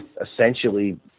essentially